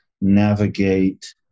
navigate